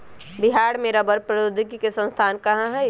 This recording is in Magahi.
बिहार में रबड़ प्रौद्योगिकी के संस्थान कहाँ हई?